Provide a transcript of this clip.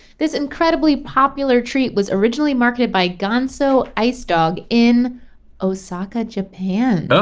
this incredibly popular treat was originally marketed by gonzo ice dog in osaka, japan.